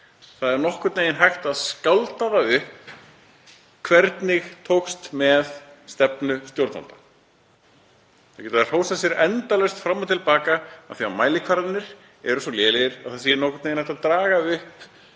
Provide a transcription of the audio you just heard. Það er nokkurn veginn hægt að skálda upp hvernig tókst með stefnu stjórnvalda. Þau geta hrósað sér endalaust fram og til baka af því að mælikvarðarnir eru svo lélegir að það er nokkurn veginn hægt að draga upp